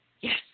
Yes